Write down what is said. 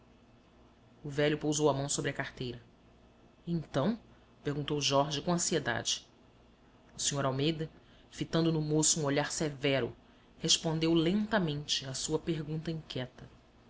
o velho pousou a mão sobre a carteira e então perguntou jorge com ansiedade o sr almeida fitando no moço um olhar severo respondeu lentamente à sua pergunta inquieta